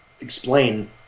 Explain